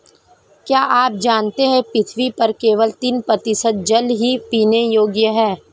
क्या आप जानते है पृथ्वी पर केवल तीन प्रतिशत जल ही पीने योग्य है?